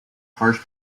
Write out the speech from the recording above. harsh